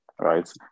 right